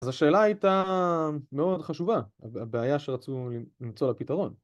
‫אז השאלה הייתה מאוד חשובה, ‫הבעיה שרצו למצוא לה פתרון.